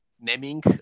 naming